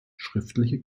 schriftliche